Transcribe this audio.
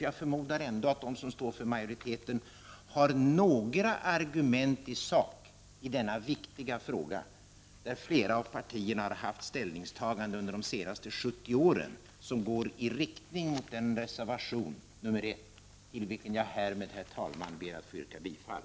Jag förmodar ändå att de som står på majoritetens sida har några argument i sak i denna viktiga fråga där flera av partierna under de senaste 70 åren har haft ställningstaganden som går i riktning mot reservation nr 1, till vilken jag härmed, herr talman, ber att få yrka bifall.